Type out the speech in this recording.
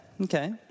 Okay